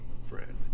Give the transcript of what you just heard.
friend